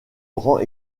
rend